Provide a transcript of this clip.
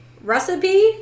recipe